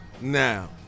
Now